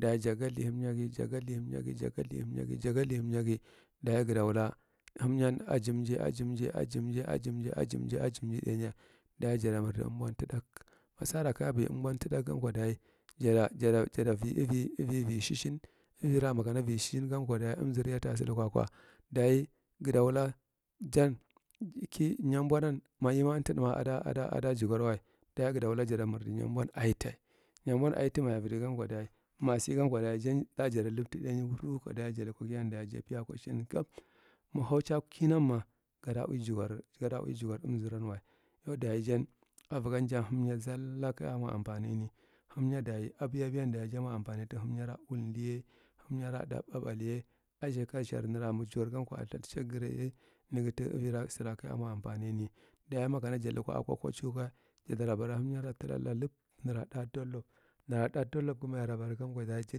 Dayi ja galthi hanuyagi, jagath hamnyagi, jagathi hamnyagi, ja gathi hamnyagi dayi gada han nyan ajumji, ajumji, ajumji, ajumji, ajumji, ajumji, ɗainya dayi jada mardi ambon taɗaka masara kavi ambon taɗaugan kwa jada, jada vi ivi, ivi vishi shin zvira makana vi shi shinga kwa amzarye ta sa lukwa kwa dayi gada wula jan kinyar mbonan ada, ada, ada jigwarwa. Dayi gada wula ja mardi nyarbon aitia. Nyarbon aitia mabadiganku dayi, masigankwa, dayi jar ɗajad labta ɗainya hurukwa dayi ɗajada labta ɗainya hurukwa dayi jada pi akwa, kini gab. Mag hauce kinama ga ui jugwar, gada ui ja jugwar amzananwa yo dayi jan avugan jan hamnya zalla kayamwa ampane. Hamnya dayi abiya biyan jamwa apane ta hamnyar wdile, hanyara ɗu ɓaɓalye atshi katshar nara magju gwargan kwa a ltha cagarye naga ta avira sara kayamwa ampaneni. Dayi ma kana ja lukwa akwakwa cugan jadara bara samnyara talala lub nara da donlop, na sa donlopgi mara bara gankwa dayi ja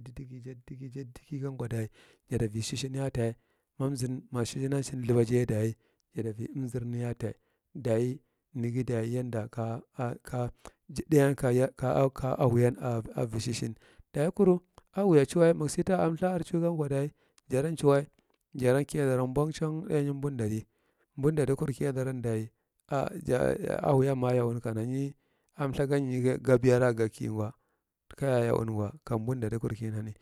dadiki jadadiki, jadadiki gankwa dayi, jadivi shishina fa, ma amzan, ma shi shinana sa mlthabaji dayi jada amzariye ata dayi nagi dayi janda ka, ka jiɗeyen ka, ka a hawya a avi shishin. Dayi kura ahawya auwa, magsi ta amltaar augankwa dayi jaran cuwa, jaran kiyadau mboncang ɗenya mbuddaji buddajikur kiyadar aja ya ahawyama a yauni kana amltha gan nyi ga bira saki ngwa kayo yuun ngwa kamɓondajikur kin anani.